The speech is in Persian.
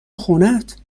خونهت